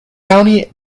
county